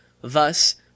thus